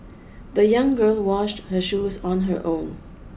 the young girl washed her shoes on her own